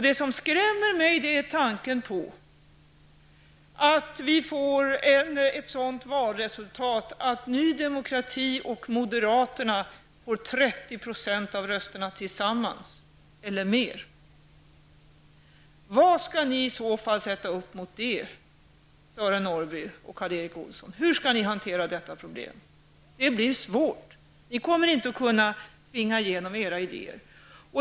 Det som skrämmer mig är tanken på att vi får ett sådant valresultat att Ny demokrati och moderaterna tillsammans får 30 % eller mer av rösterna. Vad kan ni i så fall sätta upp mot dem, Sören Norrby och Karl Erik Olsson? Hur skall ni hantera detta problem? Det blir svårt. Ni kommer inte att kunna tvinga igenom era idéer.